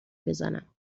بزنم